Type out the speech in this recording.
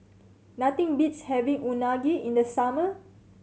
nothing beats having Unagi in the summer